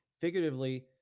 figuratively